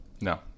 No